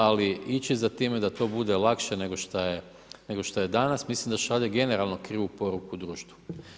Ali ići za time da to bude lakše nego što je danas, mislim da šalje generalno krivu poruku društvu.